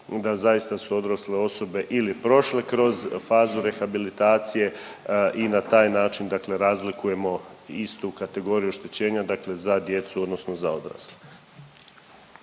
da zaista su odrasle osobe ili prošle kroz fazu rehabilitacije i na taj način dakle razlikujemo istu kategoriju oštećenja dakle za djecu odnosno za odrasle.